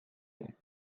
ایم